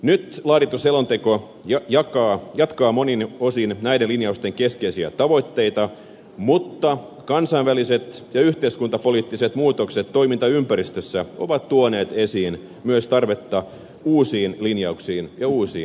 nyt laadittu selonteko jatkaa monin osin näiden linjausten keskeisiä tavoitteita mutta kansainväliset ja yhteiskuntapoliittiset muutokset toimintaympäristössä ovat tuoneet esiin myös tarvetta uusiin linjauksiin ja uusiin painotuksiin